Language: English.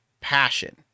passion